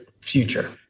future